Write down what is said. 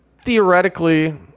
theoretically